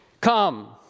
Come